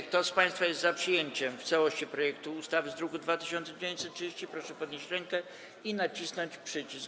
Kto z państwa jest za przyjęciem w całości projektu ustawy z druku nr 2930, proszę podnieść rękę i nacisnąć przycisk.